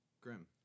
Grim